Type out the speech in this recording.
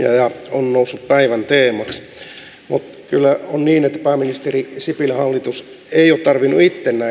on noussut päivän teemaksi kyllä on niin että pääministeri sipilän hallituksen ei ole tarvinnut